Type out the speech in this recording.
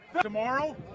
Tomorrow